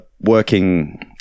working